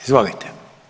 Izvolite.